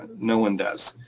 no one does.